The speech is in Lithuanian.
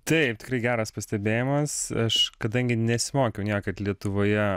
taip tikrai geras pastebėjimas aš kadangi nesimokiau niekad lietuvoje